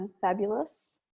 Fabulous